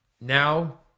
Now